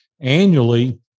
annually